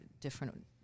different